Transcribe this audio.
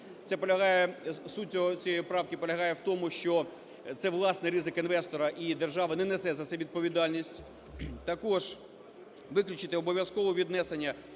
суть цієї правки полягає в тому, що це власний ризик інвестора, і держави не несе за це відповідальність. Також виключити обов'язково віднесення